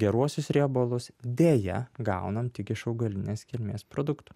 geruosius riebalus deja gaunam tik iš augalinės kilmės produktų